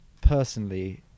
personally